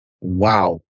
Wow